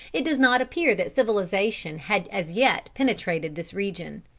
it does not appear that civilization had as yet penetrated this region.